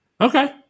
Okay